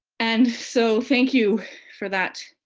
and so, thank you for that,